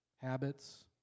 habits